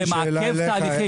זה מעכב את ההליכים.